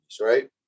Right